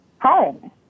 home